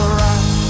rock